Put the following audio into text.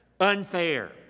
unfair